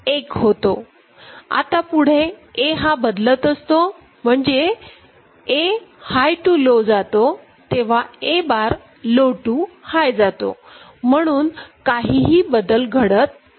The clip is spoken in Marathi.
आता पुढे A हा बदलत असतो म्हणजे A हाय टू लो जातो जेव्हा A बार हा लो टू हाय जातो म्हणून काहीही बदल घडत नाही